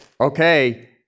okay